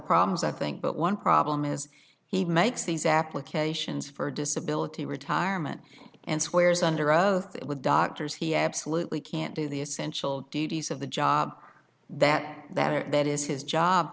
problems i think but one problem is he makes these applications for disability retirement and swears underoath with doctors he absolutely can't do the essential duties of the job that that or that is his job